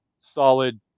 solid